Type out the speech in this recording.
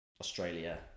Australia